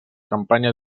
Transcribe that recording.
campanya